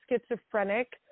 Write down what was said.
schizophrenic